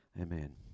amen